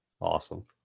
Awesome